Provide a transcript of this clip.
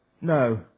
no